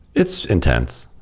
it's intense.